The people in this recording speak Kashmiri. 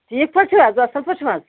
ٹھیٖک پٲٹھۍ چھُو حظ اَصٕل پٲٹھۍ چھُو حظ